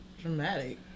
dramatic